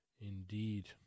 Indeed